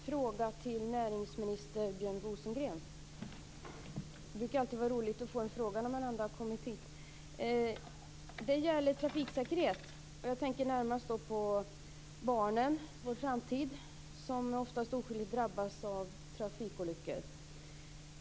Fru talman! Jag har en fråga till näringsminister Frågan gäller trafiksäkerhet. Jag tänker närmast på barnen - vår framtid - som ofta oskyldigt drabbas av trafikolyckor.